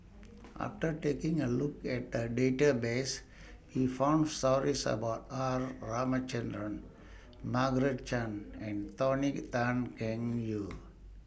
after taking A Look At The Database We found stories about R Ramachandran Margaret Chan and Tony Tan Keng Joo